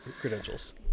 credentials